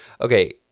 okay